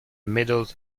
middle